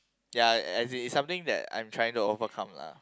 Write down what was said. ya as in its something that I am trying to overcome lah